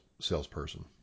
salesperson